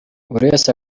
buriwese